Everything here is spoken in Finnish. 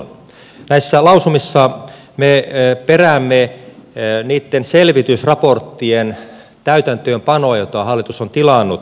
näissä lausumissa me peräämme niitten selvitysraporttien joita hallitus on tilannut täytäntöönpanoa